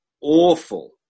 awful